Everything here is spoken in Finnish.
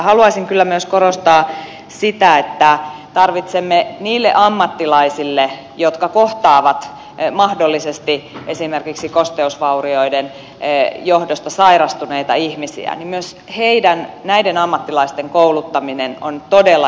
haluaisin kyllä korostaa myös sitä että myös näiden ammattilaisten jotka kohtaavat mahdollisesti esimerkiksi kosteusvaurioiden johdosta sairastuneita ihmisiä kouluttaminen on todella iso haaste